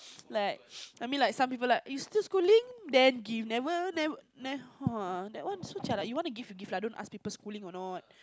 like I mean like some people like you still schooling then give you never never orh that one so jialat you want to give you give lah don't ask people they still schooling or not